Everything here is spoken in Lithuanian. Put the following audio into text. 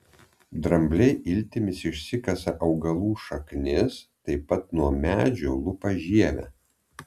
drambliai iltimis išsikasa augalų šaknis taip pat nuo medžių lupa žievę